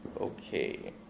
Okay